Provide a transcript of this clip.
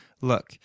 look